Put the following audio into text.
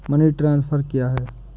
Money transfer क्या है?